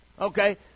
Okay